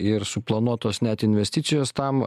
ir suplanuotos net investicijos tam